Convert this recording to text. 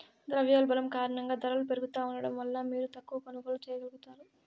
ద్రవ్యోల్బణం కారణంగా దరలు పెరుగుతా ఉండడం వల్ల మీరు తక్కవ కొనుగోల్లు చేయగలుగుతారు